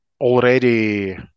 already